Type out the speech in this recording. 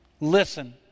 Listen